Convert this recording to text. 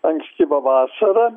ankstyva vasara